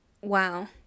wow